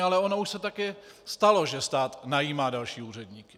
Ale ono už se tak i stalo, že stát najímá další úředníky.